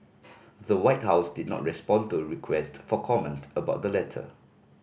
the White House did not respond to request for comment about the letter